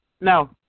No